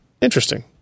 Interesting